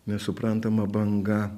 nesuprantama banga